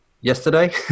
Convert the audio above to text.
yesterday